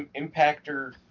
Impactor